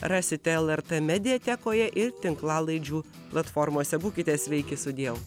rasite lrt mediatekoje ir tinklalaidžių platformose būkite sveiki sudie